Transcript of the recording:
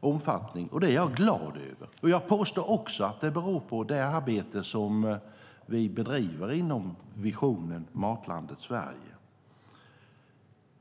omfattning, och det är jag glad över. Jag påstår också att det beror på det arbete vi bedriver inom visionen Matlandet Sverige.